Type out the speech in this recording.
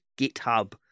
GitHub